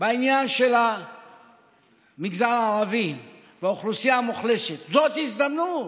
בעניין המגזר הערבי והאוכלוסייה המוחלשת: זאת הזדמנות.